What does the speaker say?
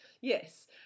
Yes